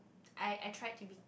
I I try to be